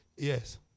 yes